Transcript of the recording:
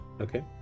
okay